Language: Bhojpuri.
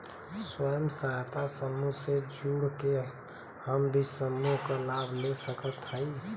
स्वयं सहायता समूह से जुड़ के हम भी समूह क लाभ ले सकत हई?